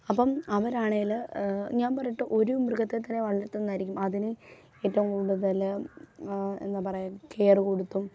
അപ്പം അവരാണെങ്കിൽ ഞാൻ പറയട്ടെ ഒരു മൃഗത്തെ തന്നെ വളർത്തുന്നതായിരിക്കും അതിനെ ഏറ്റവും കൂടുതൽ എന്താണ് പറയുക കെയറ് കൊടുത്തും